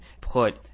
put